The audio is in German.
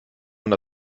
man